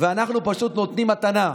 ואנחנו פשוט נותנים מתנה,